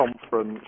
conference